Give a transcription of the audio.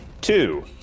two